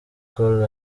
col